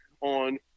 on